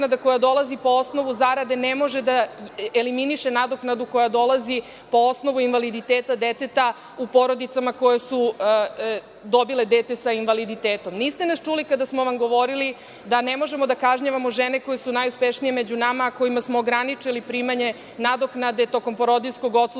koja dolazi po osnovu zarade ne može da eliminiše nadoknadu koja dolazi po osnovu invaliditeta deteta u porodicama koje su dobile dete sa invaliditetom. Niste nas čuli kada smo vam govorili da ne možemo da kažnjavamo žene koje su najuspešnije među nama, a kojima smo ograničili primanje nadoknade tokom porodiljskog odsustva